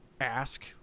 ask